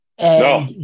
No